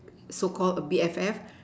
so called BFF